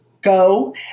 go